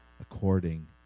according